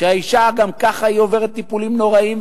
האשה גם ככה עוברת טיפולים נוראיים,